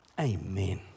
Amen